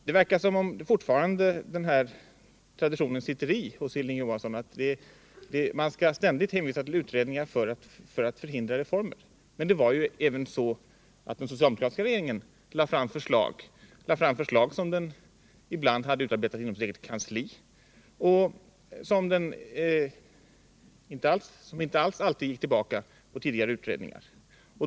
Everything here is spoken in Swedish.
Det verkar som om den här traditionen fortfarande sitter i hos Hilding Johansson, att man ständigt skall hänvisa till utredningar för att förhindra reformer. Men även den socialdemokratiska regeringen lade ibland fram förslag som den hade utarbetat inom sitt eget kansli, och som inte alls alltid gick tillbaka på tidigare utredningar.